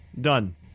Done